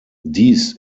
dies